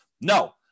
no